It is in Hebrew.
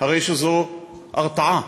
הרי שזו הרתעה,